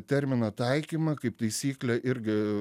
termino taikymą kaip taisyklė irgi